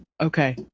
Okay